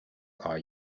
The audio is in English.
are